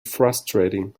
frustrating